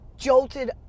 jolted